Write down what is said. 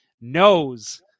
knows